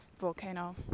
volcano